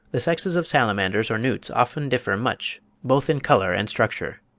the sexes of salamanders or newts often differ much both in colour and structure.